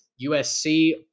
USC